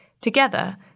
Together